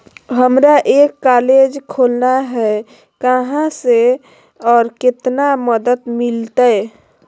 हमरा एक कॉलेज खोलना है, कहा से और कितना मदद मिलतैय?